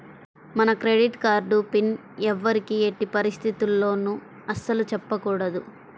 మన credit card PIN ఎవ్వరికీ ఎట్టి పరిస్థితుల్లోనూ అస్సలు చెప్పకూడదు